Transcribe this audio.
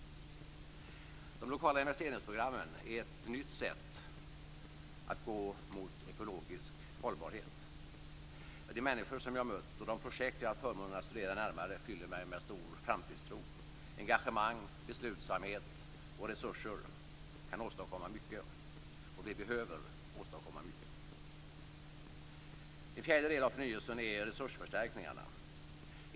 De lokala investeringsprogrammen är ett nytt sätt att gå mot ekologisk hållbarhet. De människor som jag mött och de projekt som haft förmånen att studera närmare fyller mig med stor framtidstro. Engagemang, beslutsamhet och resurser kan åstadkomma mycket, och vi behöver åstadkomma mycket. En fjärde del av förnyelsen är resursförstärkningarna.